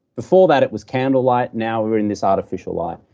before that it was candlelight, now we're in this artificial light.